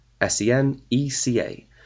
S-E-N-E-C-A